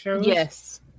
Yes